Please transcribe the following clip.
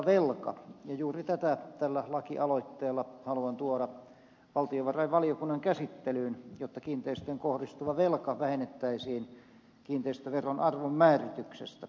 ja juuri tätä tällä lakialoitteella haluan tuoda valtiovarainvaliokunnan käsittelyyn jotta kiinteistöön kohdistuva velka vähennettäisiin kiinteistöveron arvon määrityksestä